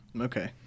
Okay